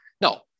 No